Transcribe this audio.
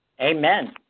Amen